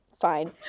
Fine